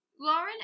Lauren